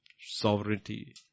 sovereignty